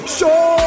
Show